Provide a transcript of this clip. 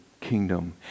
kingdom